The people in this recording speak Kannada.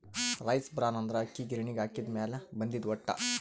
ರೈಸ್ ಬ್ರಾನ್ ಅಂದ್ರ ಅಕ್ಕಿ ಗಿರಿಣಿಗ್ ಹಾಕಿದ್ದ್ ಮ್ಯಾಲ್ ಬಂದಿದ್ದ್ ಹೊಟ್ಟ